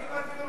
הייתי בכל דיון,